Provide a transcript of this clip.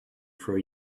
for